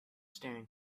staring